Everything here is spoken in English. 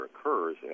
occurs